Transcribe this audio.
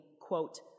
quote